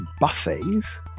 buffets